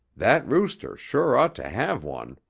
that rooster sure ought to have one.